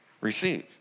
receive